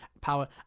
power